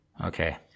okay